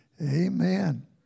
Amen